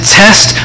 test